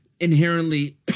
inherently